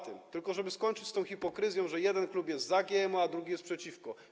Tylko żeby skończyć z tą hipokryzją, że jeden klub jest za GMO, a drugi jest przeciwko.